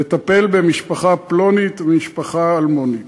לטפל במשפחה פלונית, במשפחה אלמונית.